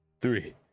Three